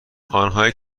آنهایی